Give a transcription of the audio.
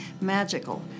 magical